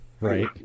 right